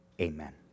Amen